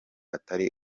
atari